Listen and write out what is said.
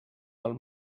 del